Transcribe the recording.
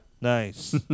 nice